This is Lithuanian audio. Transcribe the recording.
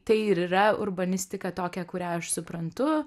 tai ir yra urbanistika tokia kurią aš suprantu